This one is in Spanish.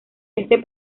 este